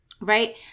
right